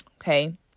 Okay